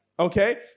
Okay